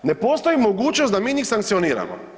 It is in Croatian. Ne postoji mogućnost da mi njih sankcioniramo.